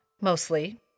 mostly